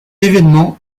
événement